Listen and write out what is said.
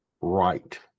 right